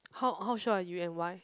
how how sure are you and why